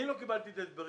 אני לא קיבלתי את ההסברים.